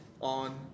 on